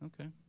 Okay